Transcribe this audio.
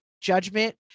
judgment